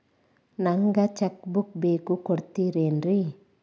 ನಂಗ cheque book ಬೇಕು ಕೊಡ್ತಿರೇನ್ರಿ?